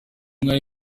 inka